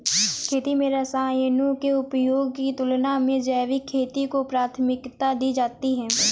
खेती में रसायनों के उपयोग की तुलना में जैविक खेती को प्राथमिकता दी जाती है